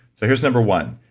so here's number one,